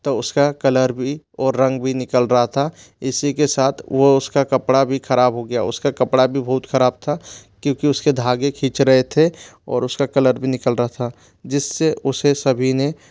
और उसका कलर भी और रंग भी निकाल रहा था इसी के साथ वो उसका कपड़ा भी खराब हो गया उसका कपड़ा भी बहुत खराब था क्योंकि उसके धागे खींच रहे थे और उसका कलर भी निकल रहा था जिससे उसे सभी ने